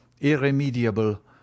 irremediable